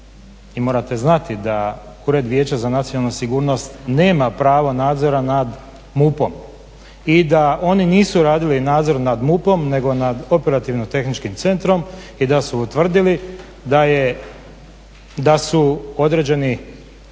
morate znati da Ured vijeća za nacionalnu sigurnost nema pravo nadzora nad MUP-om i da oni nisu radili nadzor nad MUP-om nego nad Operativno-tehničkim centrom i da su utvrdili da su određeni,